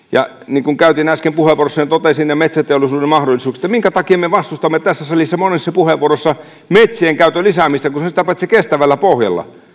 ja niin kuin äsken puheenvuorossani totesin metsäteollisuuden mahdollisuuksista minkä takia me vastustamme tässä salissa monessa puheenvuorossa metsien käytön lisäämistä kun se on sitä paitsi kestävällä pohjalla